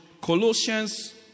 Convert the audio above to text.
Colossians